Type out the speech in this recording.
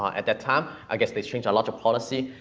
at that time, i guess they changed a lot of policy,